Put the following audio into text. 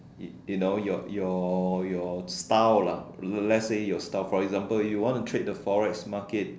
you know your your your style lah let's say your style for example you want to trade the Forex market